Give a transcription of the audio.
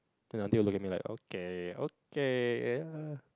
the aunty will look at me like okay okay ya